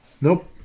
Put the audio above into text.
Nope